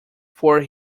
four